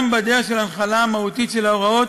גם בדרך של הנחלה מהותית של ההוראות,